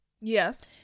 yes